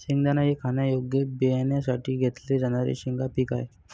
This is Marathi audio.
शेंगदाणा हे खाण्यायोग्य बियाण्यांसाठी घेतले जाणारे शेंगा पीक आहे